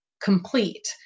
complete